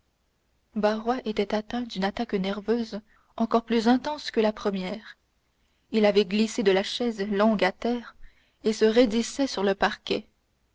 barrois était atteint d'une attaque nerveuse encore plus intense que la première il avait glissé de la chaise longue à terre et se raidissait sur le parquet